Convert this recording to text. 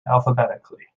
alphabetically